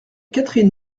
catherine